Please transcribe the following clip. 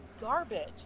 garbage